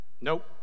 Nope